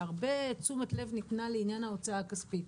שהרבה תשומת לב ניתנה לעניין ההוצאה הכספית,